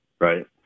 right